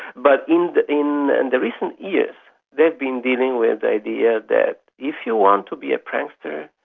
but in the in and the recent years they've been dealing with ideas that, if you want to be a prankster,